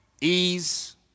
ease